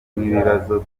n’ikibazo